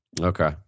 Okay